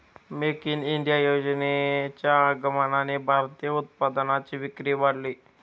make in India योजनेच्या आगमनाने भारतीय उत्पादनांची विक्री वाढली